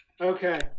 Okay